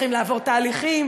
צריכים לעבור תהליכים.